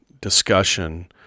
discussion